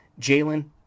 Jalen